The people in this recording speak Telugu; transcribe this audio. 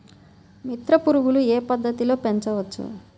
మిత్ర పురుగులు ఏ పద్దతిలో పెంచవచ్చు?